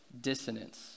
dissonance